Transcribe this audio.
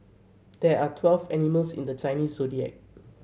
there are twelve animals in the Chinese Zodiac